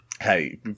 Hey